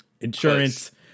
insurance